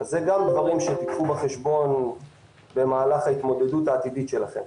אלו גם דברים שתיקחו בחשבון במהלך ההתמודדות העתידית שלכם.